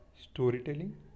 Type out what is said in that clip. storytelling